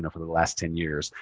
and for the last ten years.